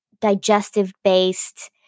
digestive-based